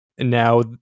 Now